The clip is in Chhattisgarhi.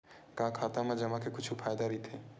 का खाता मा जमा के कुछु फ़ायदा राइथे?